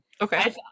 Okay